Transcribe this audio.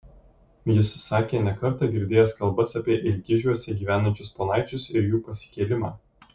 jis sakė ne kartą girdėjęs kalbas apie ilgižiuose gyvenančius ponaičius ir jų pasikėlimą